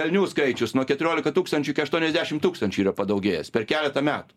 elnių skaičius nuo keturiolika tūkstančių iki aštuoniasdešim tūkstančių yra padaugėjęs per keleta metų